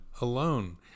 alone